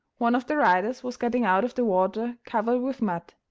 one of the riders was getting out of the water covered with mud,